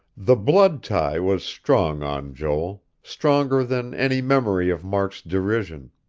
the blood tie was strong on joel stronger than any memory of mark's derision.